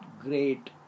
great